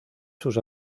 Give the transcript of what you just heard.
sus